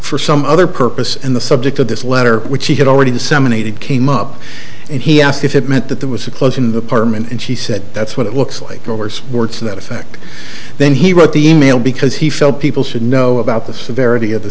for some other purpose and the subject of this letter which he had already disseminated came up and he asked if it meant that there was a clause in the apartment and she said that's what it looks like words to that effect then he wrote the e mail because he felt people should know about the severity of the